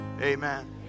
Amen